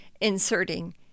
inserting